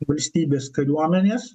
valstybės kariuomenės